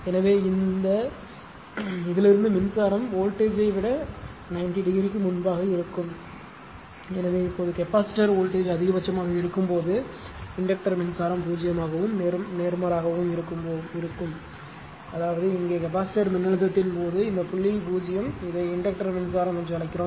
எனவே இந்த இதிலிருந்து மின்சாரம் வோல்ட்டேஜ் விட 90 டிகிரிக்கு முன்பாக இருக்கும் எனவே இப்போது கெபாசிட்டர் வோல்ட்டேஜ் அதிகபட்சமாக இருக்கும்போது இன்டக்டர் மின்சாரம் 0 ஆகவும் நேர்மாறாகவும் இருக்கும்போது அதாவது இங்கே கெபாசிட்டர் மின்னழுத்தத்தின் போது இந்த புள்ளி 0 இதை இன்டக்டர் மின்சாரம் என்று அழைக்கிறோம்